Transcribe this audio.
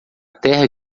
terra